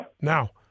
now